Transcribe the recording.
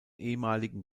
ehemaligen